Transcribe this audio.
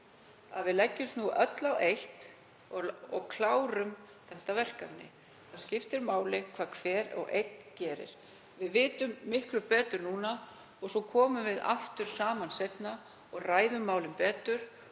að við leggjumst nú öll á eitt og klárum þetta verkefni. Það skiptir máli hvað hver og einn gerir. Við vitum miklu betur núna og svo komum við aftur saman seinna og ræðum málin betur.